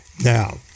Now